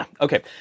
Okay